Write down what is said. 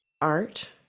Art